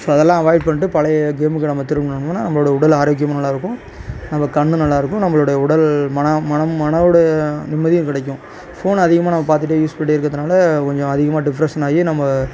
so அதெல்லாம் avoid பண்ணிட்டு பழைய கேமுக்கு நம்ம திரும்புனோம்னா நம்மளோட உடல் ஆரோக்கியமும் நல்லா இருக்கும் நம்ப கண்ணும் நல்லா இருக்கும் நம்மளுடைய உடல் மன மனம் மன உடைய நிம்மதியும் கிடைக்கும் ஃபோன் அதிகமாக நம்ம பார்த்துட்டே யூஸ் பண்ணிகிட்டே இருக்கிறதுனால கொஞ்சம் அதிகமாக டிஃப்ரஷ்ஷனாயி நம்ம